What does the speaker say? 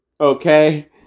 Okay